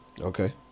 Okay